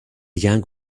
young